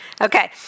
Okay